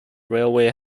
railway